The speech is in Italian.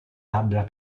labbra